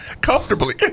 Comfortably